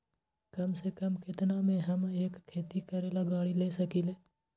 कम से कम केतना में हम एक खेती करेला गाड़ी ले सकींले?